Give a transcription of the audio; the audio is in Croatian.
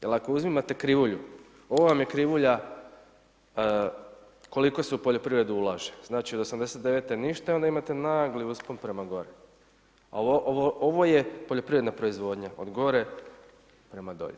Jer ako uzmite krivulju, ovo vam je krivulja, koliko se u poljoprivredu ulaže, znači od '89. ništa onda imate nagli uspon prema gore, ali ovo je poljoprivredna proizvodnja od gore prema dolje.